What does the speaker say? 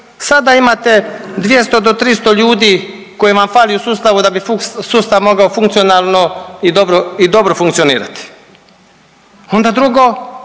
sada imate 200 do 300 ljudi koji vam fale u sustavu da sustav mogao funkcionalno i dobro, i dobro funkcionirati. Onda drugo,